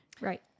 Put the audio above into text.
right